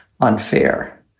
unfair